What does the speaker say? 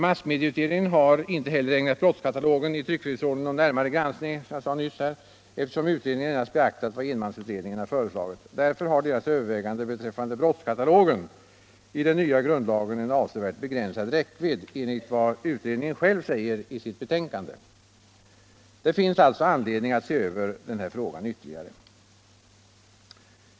Massmedieutredningen har inte heller ägnat brottskatalogen i tryckfrihetsförordningen någon närmare granskning, eftersom utredningen endast beaktat vad enmansutredningen föreslagit. Därför har dess överväganden beträffande brottskatalogen i den nya grundlagen en avsevärt begränsad räckvidd, enligt vad utredningen själv säger i sitt betänkande. Det finns alltså anledning att se över den här frågan ytterligare.